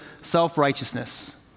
self-righteousness